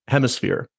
Hemisphere